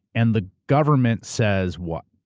and the government says what?